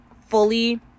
fully